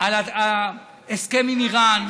על ההסכם עם איראן,